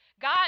God